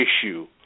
issue